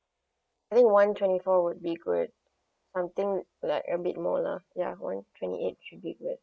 I think one twenty four would be good something like a bit more lah ya one twenty eight should be good